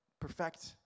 perfect